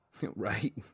Right